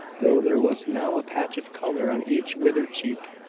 though there was now a patch of colour on each withered cheek.